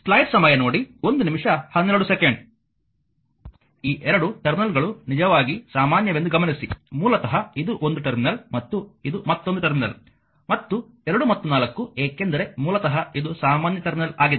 ಈ ಎರಡು ಟರ್ಮಿನಲ್ಗಳು ನಿಜವಾಗಿ ಸಾಮಾನ್ಯವೆಂದು ಗಮನಿಸಿ ಮೂಲತಃ ಇದು ಒಂದು ಟರ್ಮಿನಲ್ ಮತ್ತು ಇದು ಮತ್ತೊಂದು ಟರ್ಮಿನಲ್ ಮತ್ತು 2 ಮತ್ತು 4 ಏಕೆಂದರೆ ಮೂಲತಃ ಇದು ಸಾಮಾನ್ಯ ಟರ್ಮಿನಲ್ ಆಗಿದೆ